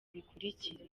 bikurikira